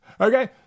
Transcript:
Okay